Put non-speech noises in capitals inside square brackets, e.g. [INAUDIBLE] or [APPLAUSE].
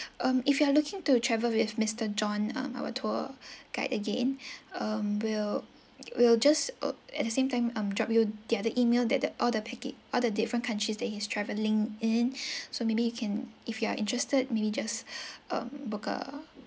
um if you are looking to travel with mister john um our tour [BREATH] guide again [BREATH] um we'll we'll just uh at the same time um drop you the other email that the all the packa~ all the different countries that he's travelling in [BREATH] so maybe you can if you are interested maybe just [BREATH] um book a